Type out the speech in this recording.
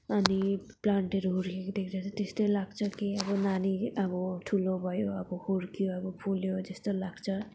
अनि प्लान्टहरू हुर्किएको देख्दा चाहिँ त्यस्तै लाग्छ कि अब नानी अब ठुलो भयो अब हुर्कियो अब फुल्यो जस्तो लाग्छ